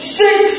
six